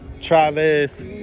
Travis